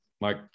Mike